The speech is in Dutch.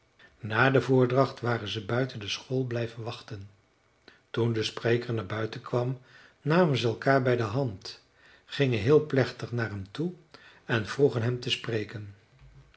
na de voordracht waren ze buiten de school blijven wachten toen de spreker naar buiten kwam namen ze elkaar bij de hand gingen heel plechtig naar hem toe en vroegen hem te spreken